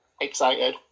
excited